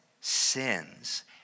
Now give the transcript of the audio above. sins